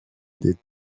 des